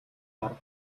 дарга